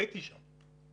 הייתי שם.